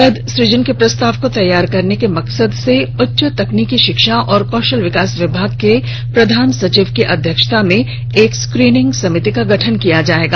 पद सुजन के प्रस्ताव को तैयार करने के मकसद से उच्च तकनीकी शिक्षा एवं कौशल विकास विभाग के प्रधान सचिव की अध्यक्षता में एक स्क्रीनिंग समिति का गठन किया जाएगा